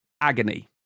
agony